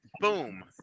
boom